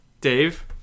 Dave